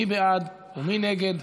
מי בעד ומי נגד?